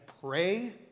pray